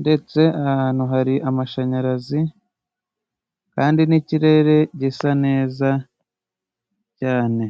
ndetse ahantu hari amashanyarazi, kandi n'ikirere gisa neza cyane.